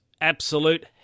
absolute